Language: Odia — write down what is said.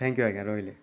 ଥାଙ୍କ୍ ୟୁ ଆଜ୍ଞା ରହିଲି